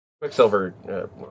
Quicksilver